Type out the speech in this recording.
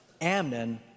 Amnon